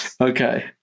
Okay